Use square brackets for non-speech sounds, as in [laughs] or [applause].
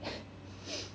[laughs] [noise]